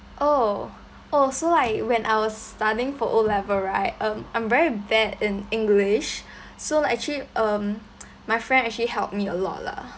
oh oh so like when I was studying for O level right um I'm very bad in english so like actually um my friend actually helped me a lot lah